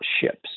ships